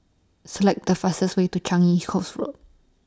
Select The fastest Way to Changi Coast Road